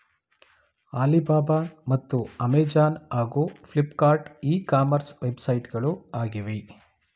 Alibaba ಮತ್ತು Amazon ಹಾಗೂ Flipkart e commerce ವೆಬ್ಸೈಟ್ಗಳು ಆಗಿವೆ